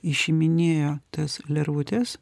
išiminėjo tas lervutes